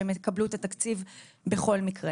שהם יקבלו את התקציב בכל מקרה.